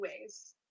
ways